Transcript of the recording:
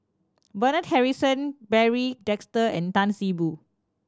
Bernard Harrison Barry Desker and Tan See Boo